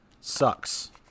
sucks